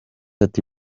ati